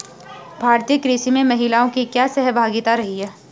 भारतीय कृषि में महिलाओं की क्या सहभागिता रही है?